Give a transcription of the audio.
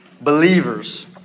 believers